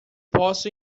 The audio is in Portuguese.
posso